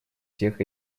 всех